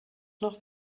noch